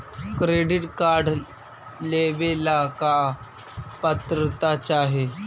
Credit card लेवेला का पात्रता चाही?